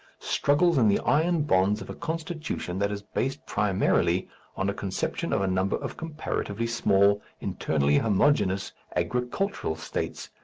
struggles in the iron bonds of a constitution that is based primarily on a conception of a number of comparatively small, internally homogeneous, agricultural states,